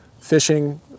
fishing